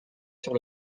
sur